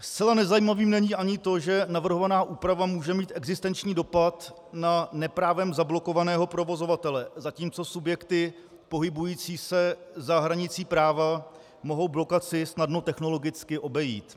Zcela nezajímavým není ani to, že navrhovaná úprava může mít existenční dopad na neprávem zablokovaného provozovatele, zatímco subjekty pohybující se za hranicí práva mohou blokaci snadno technologicky obejít.